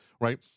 right